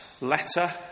letter